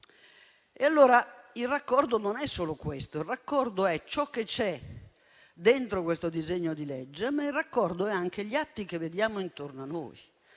capo. Il raccordo non è solo questo. Il raccordo è ciò che c'è dentro questo disegno di legge, ma il raccordo è anche gli atti che vediamo intorno a noi,